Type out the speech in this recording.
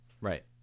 right